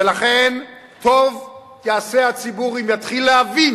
ולכן, טוב יעשה הציבור אם יתחיל להבין